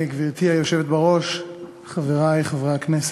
גברתי היושבת בראש, חברי חברי הכנסת,